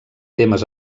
temes